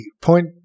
point